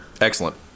Excellent